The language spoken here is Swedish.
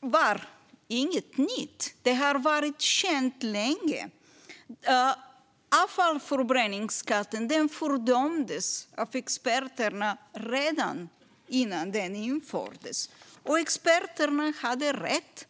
var dock ingenting nytt. Det har varit känt länge. Avfallsförbränningsskatten fördömdes av experterna redan innan den infördes, och experterna hade rätt.